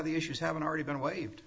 the issues haven't already been waived